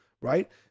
right